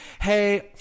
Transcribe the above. hey